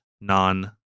non